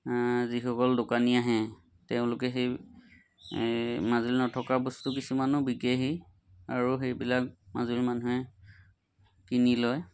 যিসকল দোকানী আহে তেওঁলোকে সেই মাজুলীত নথকা বস্তু কিছুমানো বিকেহি আৰু সেইবিলাক মাজুলীৰ মানুহে কিনি লয়